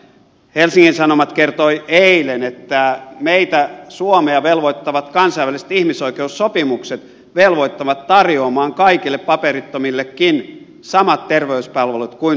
helsingin sanomat kertoi eilen että meitä suomea velvoittavat kansainväliset ihmisoi keussopimukset velvoittavat tarjoamaan kaikille paperittomillekin samat terveyspalvelut kuin suomalaisille